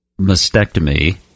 mastectomy